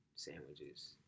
Sandwiches